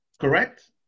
Correct